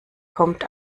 kommt